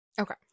Okay